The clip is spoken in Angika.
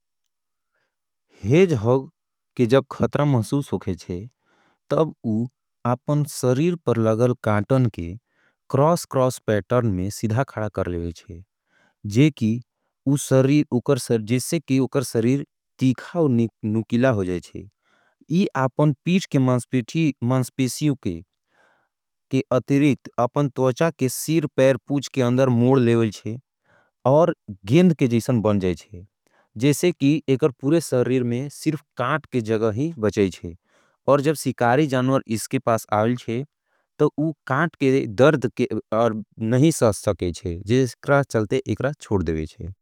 हेज होग के जब खत्रा महसूस होगे चे, तब उ आपन सरीर पर लगल काटन के क्रोस क्रोस पैटर्न में सिधा खाड़ा कर लेवे चे। जे की उ सरीर, उकर सरीर जैसे के उकर सरीर तीखाओ नुकिला हो जैचे। ये आपन पीट के मांस्पेशियों के अतिरिक अपन तवचा के सीर, पैर, पूच के अंदर मोड लेवे चे और गेंद के जैसें बन जैचे। जैसे की एकर पूरे सरीर में सिर्फ काट के जगह ही बचेचे और जब सिकारी जानुवर इसके पास आवल छे तो उकर काट के दर्द के और नहीं सोच सकेचे जैसे एकर चलते एकर छोड़ देवेचे।